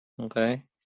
Okay